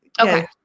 okay